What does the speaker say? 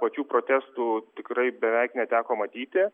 pačių protestų tikrai beveik neteko matyti